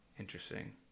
Interesting